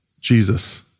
Jesus